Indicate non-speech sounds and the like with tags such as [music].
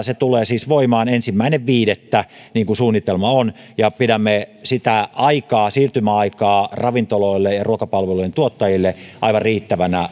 [unintelligible] se tulee siis voimaan ensimmäinen viidettä niin kuin suunnitelma on ja pidämme sitä siirtymäaikaa ravintoloille ja ruokapalveluiden tuottajille aivan riittävänä [unintelligible]